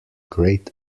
great